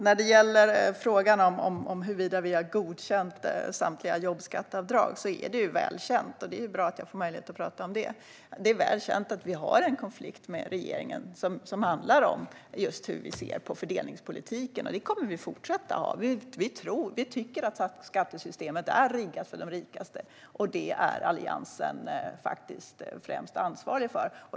När det gäller frågan om huruvida vi har godkänt samtliga jobbskatteavdrag är det väl känt - det är bra att jag får möjlighet att tala om det - att vi har en konflikt med regeringen som handlar om just hur vi ser på fördelningspolitiken. Det kommer vi att fortsätta ha. Vi tycker att skattesystemet är riggat för de rikaste, och det är Alliansen främst ansvarig för.